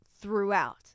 throughout